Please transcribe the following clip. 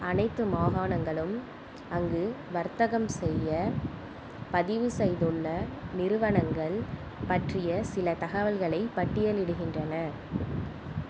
அனைத்து மாகாணங்களும் அங்கு வர்த்தகம் செய்யப் பதிவு செய்துள்ள நிறுவனங்கள் பற்றிய சில தகவல்களைப் பட்டியலிடுகின்றன